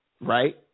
Right